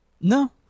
No